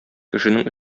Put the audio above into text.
кешенең